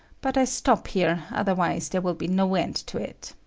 but i stop here otherwise there will be no end to it.